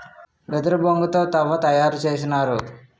వెదురు బొంగు తో తవ్వ తయారు చేసినారు